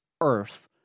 earth